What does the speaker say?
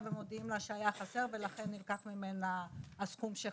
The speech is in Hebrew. ומודיעים לה שהיה חסר ולכן נלקח ממנה הסכום שחסר.